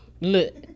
Look